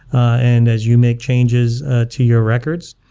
and as you make changes to your records,